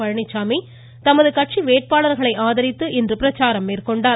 பழனிச்சாமி தமது கட்சி வேட்பாளர்களை ஆதரித்து பிரச்சாரம் மேற்கொண்டார்